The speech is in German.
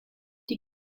die